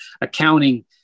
accounting